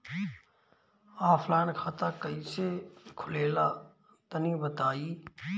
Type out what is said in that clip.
Offline खाता कइसे खुलेला तनि बताईं?